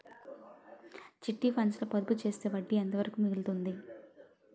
Chit funds లో పొదుపు చేస్తే వడ్డీ ఎంత వరకు మిగులుతుంది?